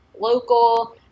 local